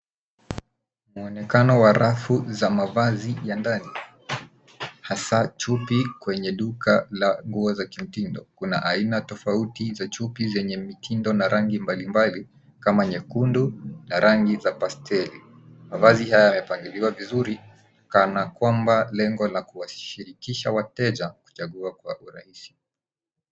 Muonekano wa rafu za mavazi ya ndani, hasa chupi, kwenye duka la nguo za kimtindo. Kuna aina tofauti za chupi zenye mitindo na rangi mbalimbali kama nyekundu na rangi za pasteli. Mavazi haya yamepangiliwa vizuri, kana kwamba lengo la kuwashirikisha wateja, kuchagua kwa urahisi.